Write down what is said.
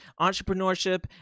entrepreneurship